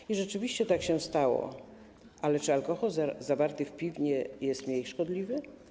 I rzeczywiście tak się stało, ale czy alkohol zawarty w piwie jest mniej szkodliwy?